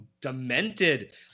demented